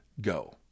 go